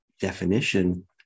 definition